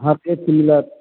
हरेक चीज मिलत